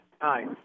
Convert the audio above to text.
Hi